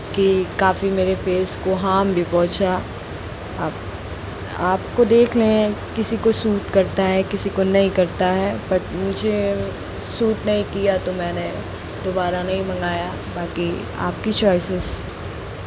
की काफ़ी मेरे फ़ेस को हार्म भी पहुंचा आप आप देख लें किसी को सूट करता है किसी को नहीं करता है पर मुझे सूट नहीं किया तो मैंने दोबारा नहीं मंगाया बाकी आपकी चॉएसिस